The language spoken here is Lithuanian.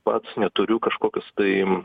pats neturiu kažkokius tai